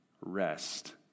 rest